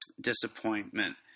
disappointment